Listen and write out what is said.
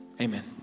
amen